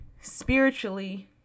spiritually